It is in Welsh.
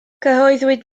cyhoeddwyd